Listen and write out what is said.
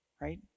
right